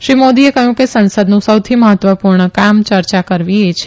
શ્રી મોદીએ કહયું કે સંસદનું સૌથી મહત્વપુર્ણ કામ ચર્ચા કરવી એ છે